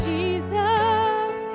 Jesus